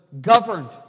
governed